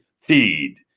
Feed